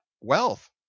wealth